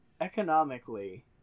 economically